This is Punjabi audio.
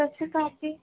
ਸਤਿ ਸ਼੍ਰੀ ਅਕਾਲ ਜੀ